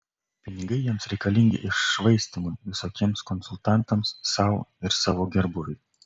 pinigai jiems reikalingi iššvaistymui visokiems konsultantams sau ir savo gerbūviui